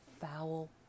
foul